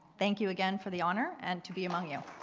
thank you again for the honor and to be among you.